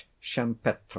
champetre